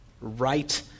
right